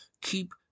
keep